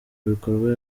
bikorwa